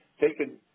taken